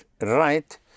right